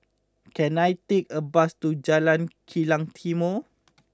can I take a bus to Jalan Kilang Timor